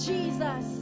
Jesus